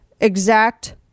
exact